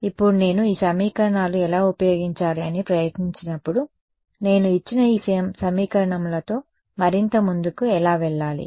ఇప్పుడు నేను ఈ సమీకరణాలు ఎలా ఉపయోగించాలి అని ప్రయత్నించినప్పుడు నేను ఇచ్చిన ఈ సమీకరణముల తో మరింత ముందుకి ఎలా వెళ్ళాలి